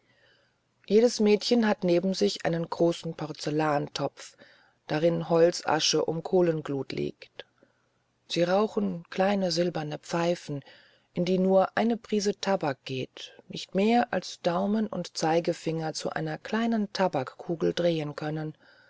jedes mädchen hat neben sich einen großen porzellantopf darin holzasche um kohlenglut liegt sie rauchen kleine silberne pfeifen in die nur eine prise tabak geht nicht mehr als daumen und zeigefinger zu einer kleinen tabakkugel drehen können